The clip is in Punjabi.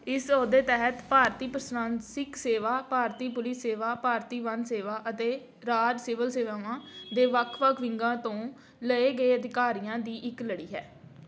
ਇਸ ਅਹੁਦੇ ਤਹਿਤ ਭਾਰਤੀ ਪ੍ਰਸ਼ਾਸਕੀ ਸੇਵਾ ਭਾਰਤੀ ਪੁਲਿਸ ਸੇਵਾ ਭਾਰਤੀ ਵਣ ਸੇਵਾ ਅਤੇ ਰਾਜ ਸਿਵਲ ਸੇਵਾਵਾਂ ਦੇ ਵੱਖ ਵੱਖ ਵਿੰਗਾਂ ਤੋਂ ਲਏ ਗਏ ਅਧਿਕਾਰੀਆਂ ਦੀ ਇੱਕ ਲੜੀ ਹੈ